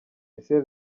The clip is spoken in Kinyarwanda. ese